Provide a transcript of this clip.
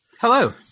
Hello